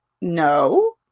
no